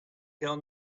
tell